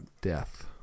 death